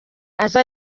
aze